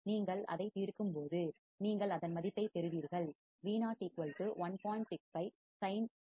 நீங்கள் அதை தீர்க்கும்போது நீங்கள் அதன் மதிப்பைப் பெறுவீர்கள் Vo 1